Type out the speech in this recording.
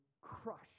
crush